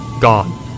gone